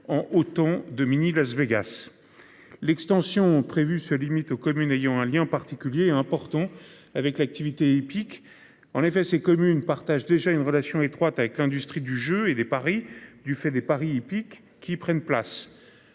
ont autant de mini-Las Végas. L'extension prévue se limite aux communes ayant un lien particulier important avec l'activité hippique en effet ces communes partagent déjà une relation étroite avec l'industrie du jeu et des paris, du fait des paris hippiques qui prennent place.